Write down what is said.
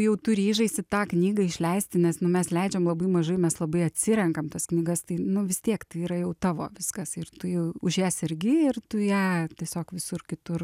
jau tu ryžaisi tą knygą išleisti nes nu mes leidžiam labai mažai mes labai atsirenkam tas knygas tai nu vis tiek tai yra jau tavo viskas ir tu jau už ją sergi ir tu ją tiesiog visur kitur